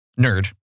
nerd